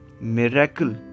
miracle